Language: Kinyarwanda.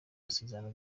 masezerano